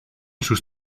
sus